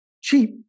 cheap